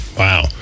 Wow